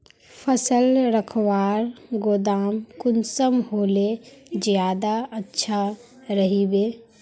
फसल रखवार गोदाम कुंसम होले ज्यादा अच्छा रहिबे?